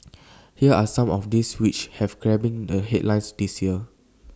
here are some of those which have grabbing the headlines this year